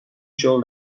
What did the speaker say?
شغل